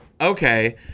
okay